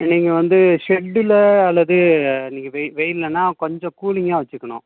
நீங்கள் வந்து ஷெட்டில் அல்லது நீங்கள் வெயி வெயில்லன்னா கொஞ்சம் கூலிங்காக வச்சுக்கணும்